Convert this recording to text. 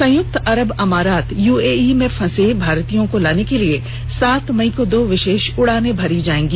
संयुक्त अरब अमारात यूएई में फंसे भारतीयों को लाने के लिए सात मई को दो विशेष उड़ानें भरी जायेंगी